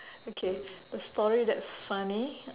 okay a story that's funny